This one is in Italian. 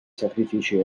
sacrifici